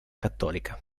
cattolica